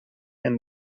and